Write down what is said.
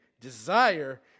desire